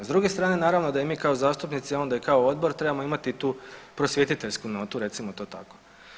S druge strane naravno da i mi kao zastupnici, a onda i kao odbor trebamo imati tu prosvjetiteljsku notu recimo to tako.